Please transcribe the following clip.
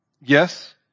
yes